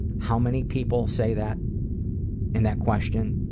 how many people say that in that question?